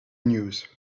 news